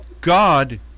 God